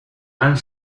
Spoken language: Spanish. han